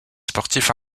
sportif